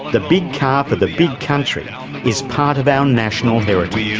the big car for the big country um is part of our national heritage.